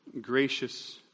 gracious